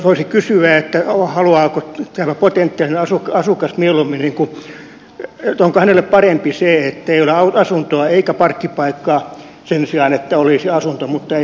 voisi kysyä että eu haluaako tämä oikein tiedä osuuko onko tälle potentiaaliselle asukkaalle parempi se ettei ole asuntoa eikä parkkipaikkaa sen sijaan että olisi asunto mutta ei parkkipaikkaa